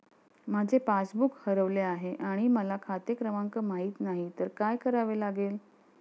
माझे पासबूक हरवले आहे आणि मला खाते क्रमांक माहित नाही तर काय करावे लागेल?